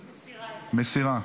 מסירה.